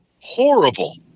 horrible